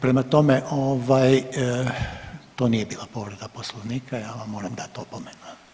Prema tome, to nije bila povreda poslovnika ja vam moram dati opomenu.